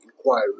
inquiry